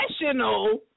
professional